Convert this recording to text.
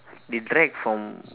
they drag from